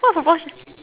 what proportion